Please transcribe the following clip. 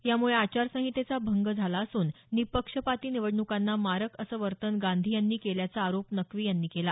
यामुळे आचार संहितेचा भंग झाला असून निपक्षपाती निवडणुकांना मारक असं वर्तन गांधी यांनी केल्याच्या आरोप नक्की यांनी केला